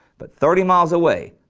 but thirty miles away,